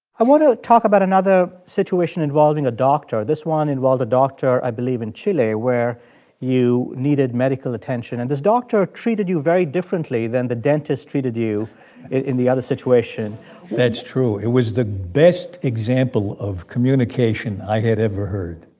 want to talk about another situation involving a doctor. this one involved a doctor, i believe, in chile where you needed medical attention. and this doctor treated you very differently than the dentist treated you in the other situation that's true. it was the best example of communication i had ever heard.